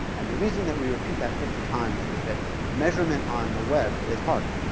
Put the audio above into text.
and the reason that we repeat that fifty times is that measurement on the web is hard.